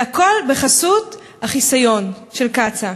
והכול בחסות החיסיון של קצא"א,